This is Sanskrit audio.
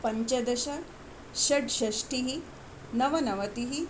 पञ्चदश षड्षष्टिः नवनवतिः